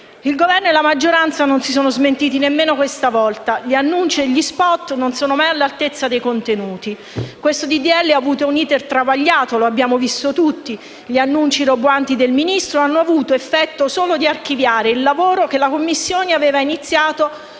Il Governo e la maggioranza non si sono smentiti nemmeno questa volta. Gli annunci e gli spot non sono mai all’altezza dei contenuti. Questo disegno di legge ha avuto un iter travagliato (lo abbiamo visto tutti); gli annunci roboanti del Ministro hanno avuto solo l’effetto di archiviare il lavoro che la Commissione aveva iniziato